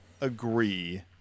agree